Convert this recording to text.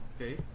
okay